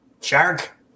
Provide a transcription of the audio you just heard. Shark